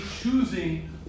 choosing